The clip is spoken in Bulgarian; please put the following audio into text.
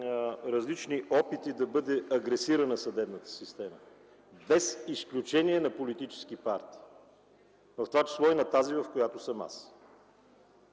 различни опити да бъде агресирана съдебната система, без изключение на политически партии, в това число и от тази, в която съм аз!